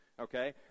okay